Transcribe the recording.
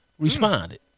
Responded